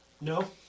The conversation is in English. No